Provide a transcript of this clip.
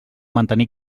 mantenir